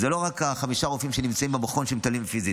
היא לא רק חמשת הרופאים שנמצאים במכון ומטפלים פיזית,